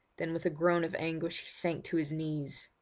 then with a groan of anguish he sank to his knees.